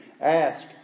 ask